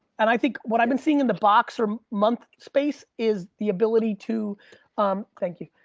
and i think, what i've been seeing in the box or month space, is the ability to um thank you.